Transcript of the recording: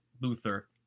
Luther